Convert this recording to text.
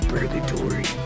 Purgatory